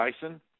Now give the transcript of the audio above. Tyson